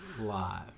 live